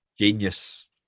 Genius